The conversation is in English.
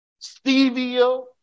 stevia